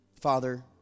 Father